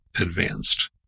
advanced